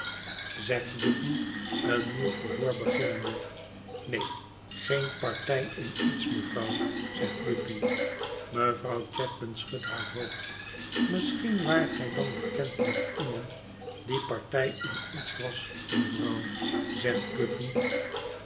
zegt guppy een nieuw verhoor beginnende neen geen partij in iets mevrouw zegt guppy mevrouw chadband schudt haar hoofd misschien waart gij dan bekend met iemand die partij in iets was mevrouw zegt guppy